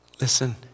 Listen